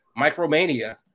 Micromania